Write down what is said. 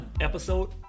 Episode